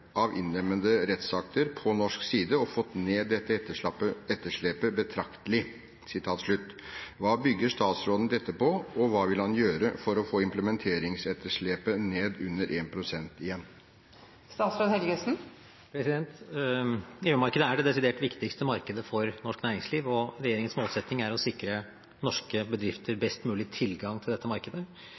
av uinnlemmede rettsakter på norsk side og fått ned det etterslepet betraktelig». Hva bygger statsråden dette på, og hva vil han gjøre for å få implementeringsetterslepet ned igjen under 1 pst. EU-markedet er det desidert viktigste markedet for norsk næringsliv, og regjeringens målsetting er å sikre norske bedrifter best mulig tilgang til dette markedet.